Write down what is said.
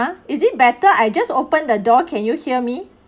is it better I just open the door can you hear me